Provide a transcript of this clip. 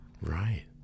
Right